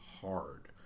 hard